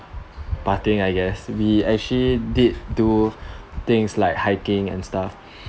partying I guess we actually did do things like hiking and stuff